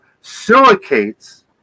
silicates